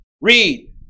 Read